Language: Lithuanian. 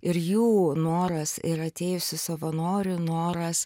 ir jų noras ir atėjusių savanorių noras